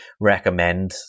recommend